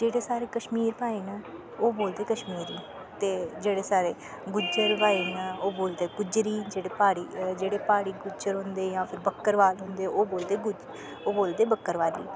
जेह्ड़े साढ़े कश्मीरी भाई न ओह् बोलदे कश्मीरी ते जेह्ड़े साढ़े गुज्जर भाई न ओहे बोलदे गोजरी जेह्ड़े प्हाड़ी जेह्ड़े प्हाड़ी गुज्जर होंदे जांबक्करबाल होंदे ओह् बोलदे बक्करबाली